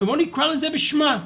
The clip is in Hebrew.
ובוא נקרא לזה בשמה.